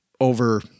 over